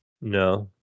No